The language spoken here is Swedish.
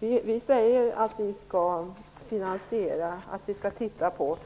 Vi säger att vi skall titta på finansieringen